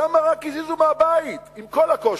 שם רק הזיזו מהבית, עם כל הקושי,